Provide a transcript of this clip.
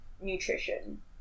nutrition